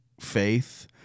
faith